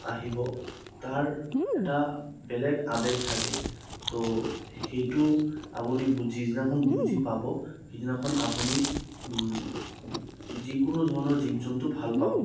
আহিব তাৰ এটা বেলেগ আৱেগ থাকে তো সেইটো আপুনি বুজি যিদিনাখন বুজি পাব সেইদিনাখন আপুনি যিকোনো ধৰণৰ জীৱ জন্তু ভাল পাব